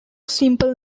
simple